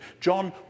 John